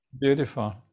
beautiful